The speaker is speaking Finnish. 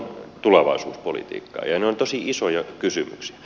ja ne ovat tosi isoja kysymyksiä